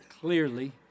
clearly